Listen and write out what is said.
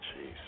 Jeez